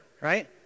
right